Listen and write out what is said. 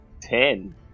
Ten